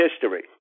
history